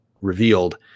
revealed